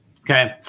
Okay